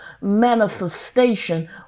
manifestation